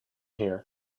here